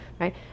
right